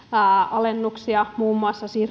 alennuksia muun muassa